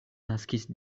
naskis